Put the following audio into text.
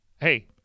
Hey